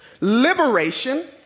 liberation